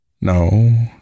No